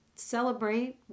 celebrate